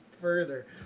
further